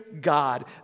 God